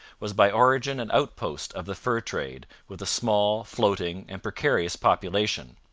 was by origin an outpost of the fur trade, with a small, floating, and precarious population.